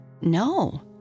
no